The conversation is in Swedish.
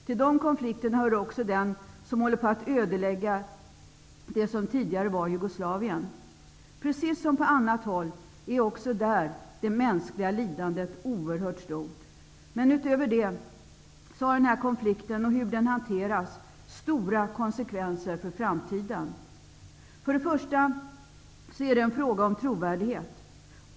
Till de konflikterna hör också den som håller på att ödelägga det som tidigare var Jugoslavien. Precis som på annat håll är även där det mänskliga lidandet oerhört stort. Men utöver det har denna konflikt och hur den hanteras stora konsekvenser för framtiden. Detta är en fråga om trovärdighet.